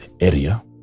area